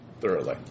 thoroughly